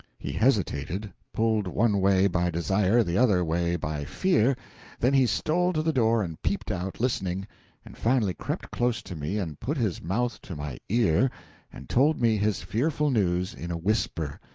he hesitated, pulled one way by desire, the other way by fear then he stole to the door and peeped out, listening and finally crept close to me and put his mouth to my ear and told me his fearful news in a whisper,